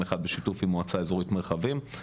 אחד בשיתוף עם מועצה אזורית מרחבים,